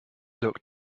looked